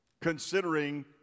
considering